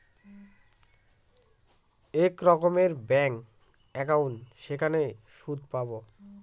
এক রকমের bank account যেখানে সুদ পাবো